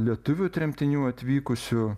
lietuvių tremtinių atvykusių